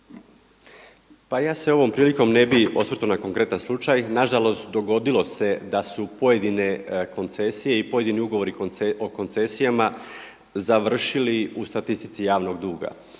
Pa se ovom prilikom ne bih osvrtao na konkretan slučaj. Nažalost, dogodilo se da su pojedine koncesije i pojedini ugovori o koncesijama završili u statistici javnog duga.